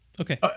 Okay